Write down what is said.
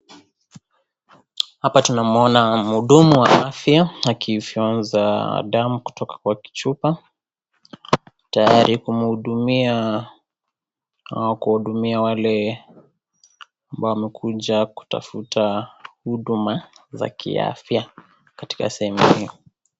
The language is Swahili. Hapa tunamuona mhudumu wa afya akifyonza damu kutoka kwenye kichupa, tayari kumhudumia kuhudumia wale wamekuja kutafuta huduma za kiafya katika sehemu hiyo.